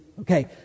Okay